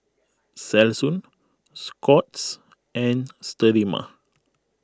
Selsun Scott's and Sterimar